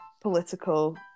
political